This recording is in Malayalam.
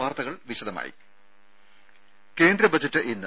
വാർത്തകൾ വിശദമായി കേന്ദ്ര ബജറ്റ് ഇന്ന്